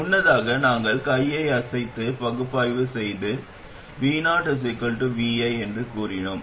முன்னதாக நாங்கள் கையை அசைத்து பகுப்பாய்வு செய்து vo vi என்று கூறினோம்